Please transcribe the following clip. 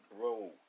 bro